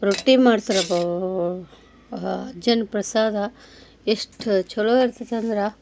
ರೊಟ್ಟಿ ಮಾಡ್ಸಾರಬ್ಬೊ ಆ ಅಜ್ಜನ ಪ್ರಸಾದ ಎಷ್ಟು ಛಲೋ ಇರ್ತೈತಂದ್ರೆ